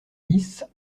dix